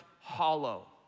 hollow